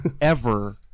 ever-